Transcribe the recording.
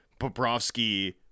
Bobrovsky